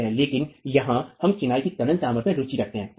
लेकिन यहां हम चिनाई की तनन सामर्थ्य में रुचि रखते हैं ठीक है